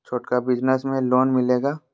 छोटा बिजनस में लोन मिलेगा?